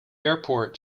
airport